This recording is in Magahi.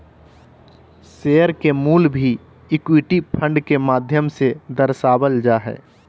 शेयर के मूल्य भी इक्विटी फंड के माध्यम से दर्शावल जा हय